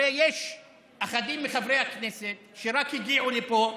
הרי יש אחדים מחברי הכנסת שרק הגיעו לפה.